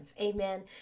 amen